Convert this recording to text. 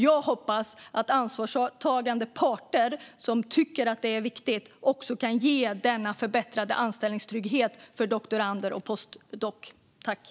Jag hoppas att ansvarstagande parter som tycker att det är viktigt också kan ge denna förbättrade anställningstrygghet för dem som har doktorand och post doc-tjänster.